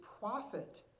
profit